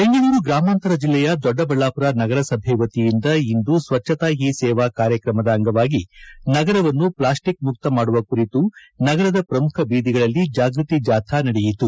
ಬೆಂಗಳೂರು ಗ್ರಾಮಾಂತರ ಜಿಲ್ಲೆಯ ದೊಡ್ಡಬಳ್ಳಾಪುರ ನಗರಸಭೆ ವತಿಯಿಂದ ಇಂದು ಸ್ವಚ್ಚತಾ ಹಿ ಸೇವಾ ಕಾರ್ಯಕ್ರಮದ ಅಂಗವಾಗಿ ನಗರವನ್ನು ಪ್ಲಾಸ್ಟಿಕ್ ಮುಕ್ತ ಮಾದುವ ಕುರಿತು ನಗರದ ಪ್ರಮುಖ ಬೀದಿಗಳಲ್ಲಿ ಜಾಗೃತಿ ಜಾಥಾ ನಡೆಯಿತು